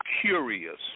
curious